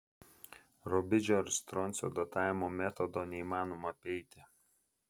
rubidžio ir stroncio datavimo metodo neįmanoma apeiti